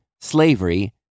Slavery